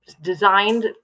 designed